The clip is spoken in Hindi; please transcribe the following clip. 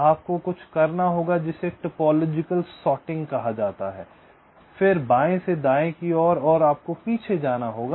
आपको कुछ करना होगा जिसे एक टोपोलॉजिकल सॉर्टिंग कहा जाता है फिर बाएं से दाएं की ओर आपको पीछे जाना होगा